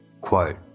Quote